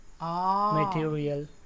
material